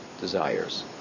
desires